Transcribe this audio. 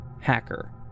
hacker